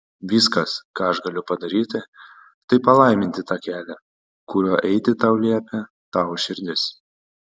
viskas ką aš galiu padaryti tai palaiminti tą kelią kuriuo eiti tau liepia tavo širdis